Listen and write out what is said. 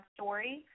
Story